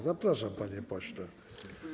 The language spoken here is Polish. Zapraszam, panie pośle.